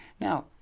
Now